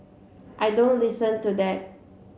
I don't listen to that